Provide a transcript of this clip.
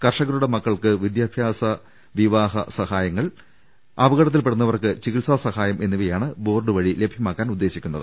കർഷകരുടെ മക്കൾക്ക് വിദ്യാഭ്യാസ വിവാഹ സ്ഹായങ്ങൾ അപ കടത്തിൽ പെടുന്നവർക്ക് ചികിത്സാ സഹായ്ം എന്നിവയാണ് ബോർഡു വഴി ലഭ്യമാക്കാനുദ്ദേശിക്കുന്നത്